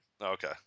Okay